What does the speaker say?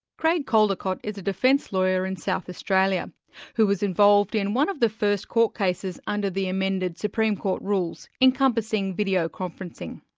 craig caldicott is a defence lawyer in south australia who was involved in one of the first court cases under the amended supreme court rules encompassing video conferencing.